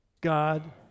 God